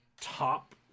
top